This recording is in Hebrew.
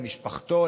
למשפחתו,